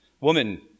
Woman